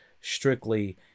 strictly